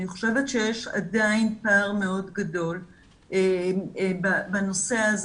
אני חושבת שיש עדיין פער מאוד גדול בנושא הזה